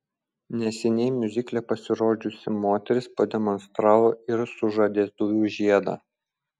neseniai miuzikle pasirodžiusi moteris pademonstravo ir sužadėtuvių žiedą